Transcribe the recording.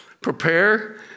prepare